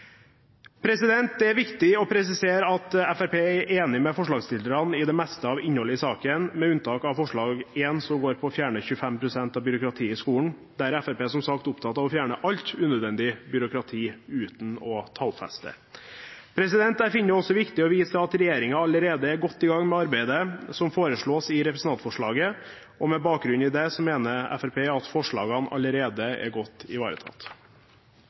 Det er viktig å presisere at Fremskrittspartiet er enig med forslagsstillerne i det meste av innholdet i saken, med unntak av forslag nr. 1, som går på å fjerne 25 pst. av byråkratiet i skolen. Der er Fremskrittspartiet som sagt opptatt av å fjerne alt unødvendig byråkrati uten å tallfeste. Jeg finner det også viktig å vise til at regjeringen allerede er godt i gang med arbeidet som foreslås i representantforslaget, og med bakgrunn i det mener Fremskrittspartiet at forslagene allerede er godt ivaretatt.